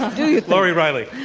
um do you. lori reilly.